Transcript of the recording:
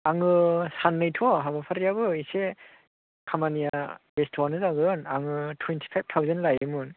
आङो साननैथ' हाबाफारियाबो एसे खामानिया बेस्थ'आनो जागोन आङो थुइनटिफाइभ थावजेन्ड लायोमोन